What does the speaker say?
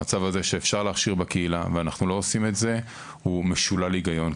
המצב הזה שאפשר להכשיר בקהילה ואנחנו לא עושים את זה הוא משולל היגיון.